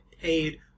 paid